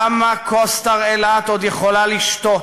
כמה מכוס התרעלה את עוד יכולה לשתות?